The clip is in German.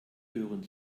hören